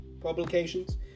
publications